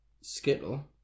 Skittle